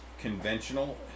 conventional